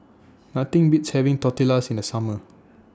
Nothing Beats having Tortillas in The Summer